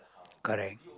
correct